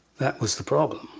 that was the problem.